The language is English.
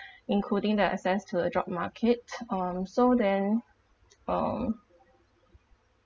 including the access to the job market um so then uh